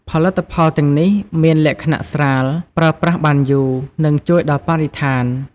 ផលិតផលទាំងនេះមានលក្ខណៈស្រាល ប្រើប្រាស់បានយូរ និងជួយដល់បរិស្ថាន។